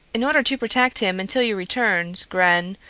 in order to protect him until you returned, gren,